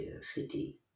city